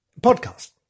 podcast